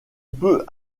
peut